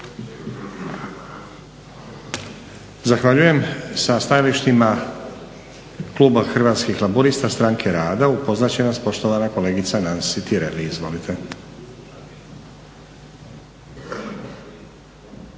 Zahvaljujem. Sa stajalištima Kluba Hrvatskih laburista- stranke rada upoznat će nas poštovana kolegica Nansi Tireli, izvolite.